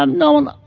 um norman,